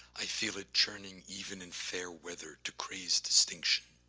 i feel it churning even in fair weather to craze distinction,